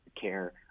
care